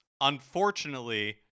Unfortunately